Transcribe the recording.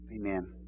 Amen